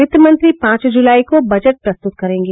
वित्तमंत्री पांच जुलाई को बजट प्रस्तुत करेंगी